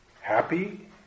happy